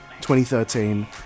2013